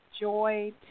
joy